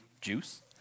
juice